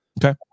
Okay